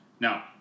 Now